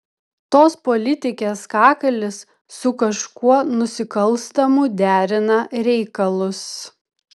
tos politikės kakalis su kažkuo nusikalstamu derina reikalus